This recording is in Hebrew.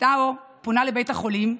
דסטאו פונה לבית החולים,